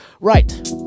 Right